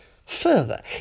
Further